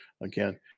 again